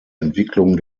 entwicklung